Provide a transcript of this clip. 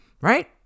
Right